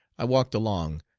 i walked along,